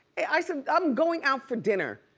i said, i'm going out for dinner.